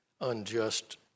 unjust